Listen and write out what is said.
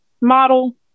model